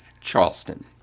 Charleston